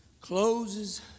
closes